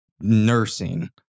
nursing